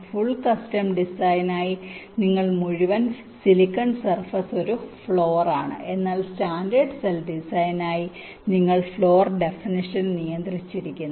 full custom ഡിസൈനിനായി നിങ്ങളുടെ മുഴുവൻ സിലിക്കൺ സർഫേസ് ഒരു ഫ്ലോർ ആണ് എന്നാൽ സ്റ്റാൻഡേർഡ് സെൽ ഡിസൈനിനായി നിങ്ങൾ ഫ്ലോർ ഡെഫനിഷൻ നിയന്ത്രിച്ചിരിക്കുന്നു